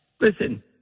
listen